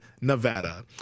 Nevada